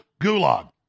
gulag